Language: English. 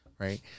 Right